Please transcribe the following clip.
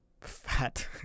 fat